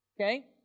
Okay